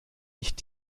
nicht